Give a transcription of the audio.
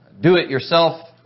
do-it-yourself